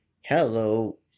Hello